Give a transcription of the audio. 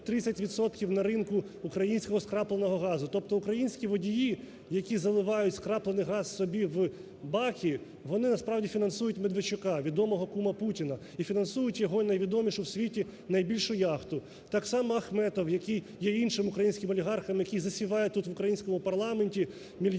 відомого кума Путіна,